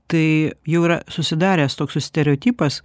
tai jau yra susidaręs toks stereotipas